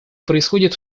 происходит